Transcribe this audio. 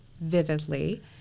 vividly